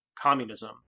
communism